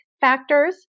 factors